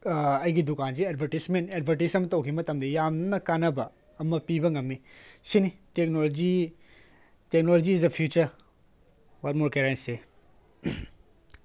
ꯑꯩꯒꯤ ꯗꯨꯀꯥꯟꯁꯦ advertisement advertise ꯑꯃ ꯇꯧꯈꯤ ꯃꯇꯝꯗ ꯌꯥꯝꯅ ꯀꯥꯟꯅꯕ ꯑꯃ ꯄꯤꯕ ꯉꯝꯃꯤ ꯁꯤꯅꯤ technology technology is the future what more can I say